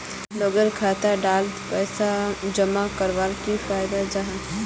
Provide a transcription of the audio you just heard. लोगोक खाता डात पैसा जमा कवर की फायदा जाहा?